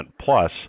plus